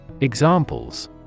Examples